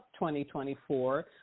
2024